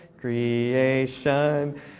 Creation